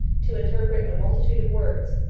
to interpret a multitude of words,